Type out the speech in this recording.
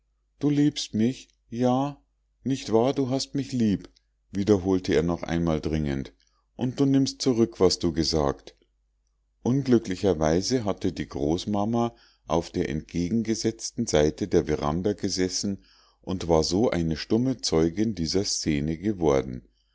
du liebst mich ja nicht wahr du hast mich lieb wiederholte er noch einmal dringend und du nimmst zurück was du gesagt unglücklicherweise hatte die großmama auf der entgegengesetzten seite der veranda gesessen und war so eine stumme zeugin dieser scene geworden